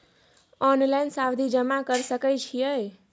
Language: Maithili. ऑनलाइन सावधि जमा कर सके छिये?